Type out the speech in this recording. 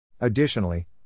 Additionally